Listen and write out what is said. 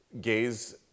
gays